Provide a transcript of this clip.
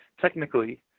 technically